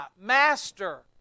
Master